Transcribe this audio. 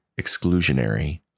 exclusionary